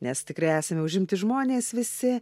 nes tikrai esame užimti žmonės visi